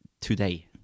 today